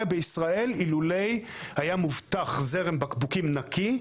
בישראל אילולא היה מובטח זרם בקבוקים נקי,